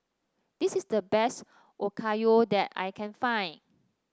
this is the best Okayu that I can find